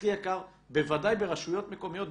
הכי יקר בוודאי ברשויות מקומיות,